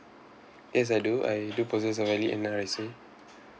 yes I do I do possess a valid N_R_I_C